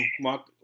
Mark